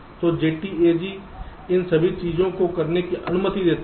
तो JTAG इन सभी चीजों को करने की अनुमति देता है